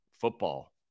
football